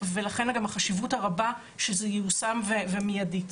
ולכן גם החשיבות הרבה שזה ייושם ומיידית.